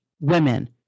women